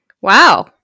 Wow